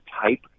type